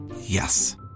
Yes